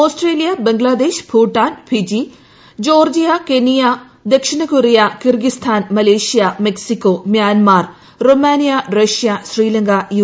Australia Bangladesh Bhutan Fiji Georgia Kenya ദക്ഷിണകൊറിയ Kyrgyzstan Malaysia Mexico Myanmar Romania Russia Sri Lanka U